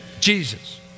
Jesus